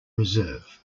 reserve